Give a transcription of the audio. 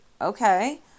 okay